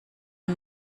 und